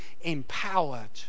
empowered